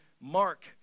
Mark